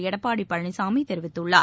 எடப்பாடி பழனிசாமி தெரிவித்துள்ளார்